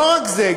לא רק זה,